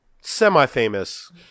semi-famous